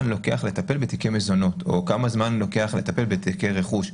לוקח לטפל בתיקי מזונות או כמה זמן לוקח לטפל בתיקי רכוש.